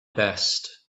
best